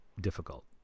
difficult